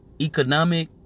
economic